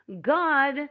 God